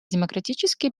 демократические